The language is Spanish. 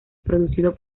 producido